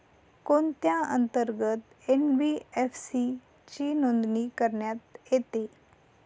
कोणत्या अंतर्गत एन.बी.एफ.सी ची नोंदणी करण्यात येते?